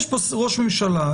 יש פה ראש ממשלה,